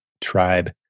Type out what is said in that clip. tribe